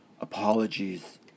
apologies